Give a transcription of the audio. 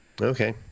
Okay